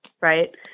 right